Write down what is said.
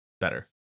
better